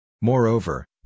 Moreover